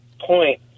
point